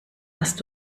hast